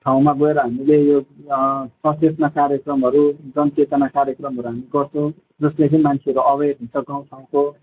ठाउँमा गएर हामीले यो अँ सचेतना कार्यक्रमहरू जनचेतना कार्यक्रमहरू हामी गर्छौँ जसले चाहिँ मान्छेहरू अवेर हुन्छ गाउँ ठाउँको